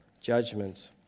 judgment